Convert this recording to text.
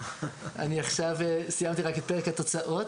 אני סיימתי עכשיו רק את פרק התוצאות,